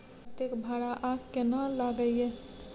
कतेक भाड़ा आ केना लागय ये?